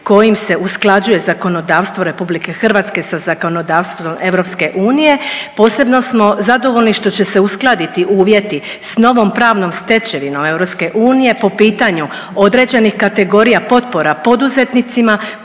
kojim se usklađuje zakonodavstvo Republike Hrvatske sa zakonodavstvom EU. Posebno smo zadovoljni što će se uskladiti uvjeti sa novom pravnom stečevinom EU po pitanju određenih kategorija potpora poduzetnicima